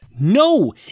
No